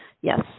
Yes